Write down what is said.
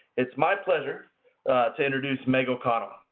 it's my pleasure to introduce meg o'connell.